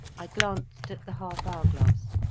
i glanced at the half-hour glass.